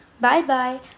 Bye-bye